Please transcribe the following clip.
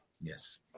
Yes